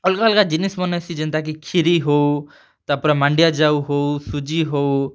ଅଲ୍ଗା ଅଲ୍ଗା ଜିନିଷ୍ ମାନେ ଅଛେ ଯେନ୍ତା କି ଖିରି ହେଉ ତା'ର୍ପରେ ମାଣ୍ଡିଆ ଜାଉ ହେଉ ସୁଜି ହେଉ